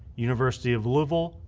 university of louisville,